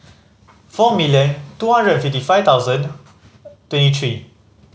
four million two hundred and fifty five thousand twenty three